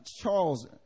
charles